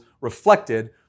reflected